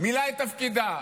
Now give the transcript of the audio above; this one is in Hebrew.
מילאה את תפקידה.